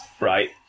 Right